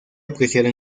apreciado